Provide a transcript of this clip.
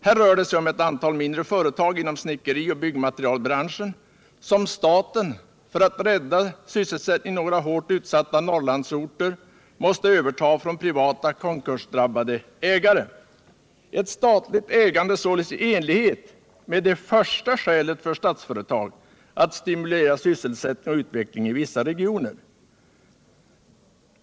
Här rör det sig om ett antal mindre företag inom snickerioch byggmaterialbranschen, som staten, för att rädda sysselsättningen inom några hårt utsatta norrlandsorter, måste överta från privata konkursdrabbade ägare — således ett statligt ägande i enlighet med det första skälet för Statsföretag, att stimulera sysselsättning och utveckling i vissa regioner.